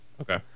Okay